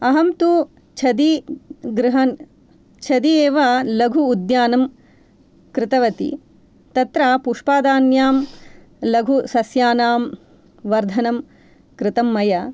अहं तु छदी गृहन् छदी एव लघु उद्यानं कृतवती तत्र पुष्पादान्याम् लघु सस्यानां वर्धनं कृतं मया